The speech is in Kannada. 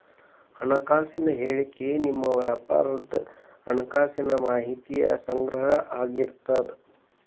ಹಣಕಾಸಿನ ಹೇಳಿಕಿ ನಿಮ್ಮ ವ್ಯಾಪಾರದ್ ಹಣಕಾಸಿನ ಮಾಹಿತಿಯ ಸಂಗ್ರಹ ಆಗಿರ್ತದ